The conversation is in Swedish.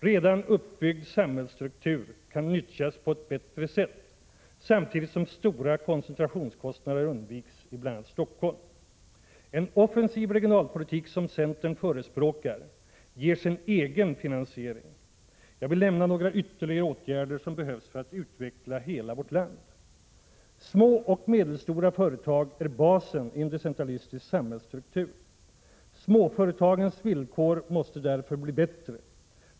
Redan uppbyggd samhällsstruktur kan nyttjas på ett bättre sätt, samtidigt som stora koncentrationskostnader undviks i bl.a. Stockholm. En offensiv regionalpolitik som centern förespråkar ger sin egen finansiering. Jag vill då nämna ytterligare några åtgärder som behövs för att utveckla hela vårt land. e Små och medelstora företag är basen i en decentralistisk samhällsstruktur. Småföretagens villkor måste därför bli bättre.